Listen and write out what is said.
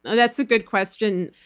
that's a good question.